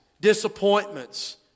disappointments